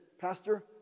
Pastor